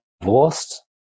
divorced